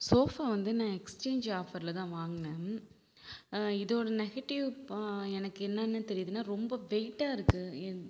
sofa வந்து நான் exchange ஆஃபரில் தான் வாங்கினேன் இதோட நெகட்டிவ் எனக்கு என்னென்ன தெரியிதுன்னா ரொம்ப வெயிட்டாக இருக்கு என்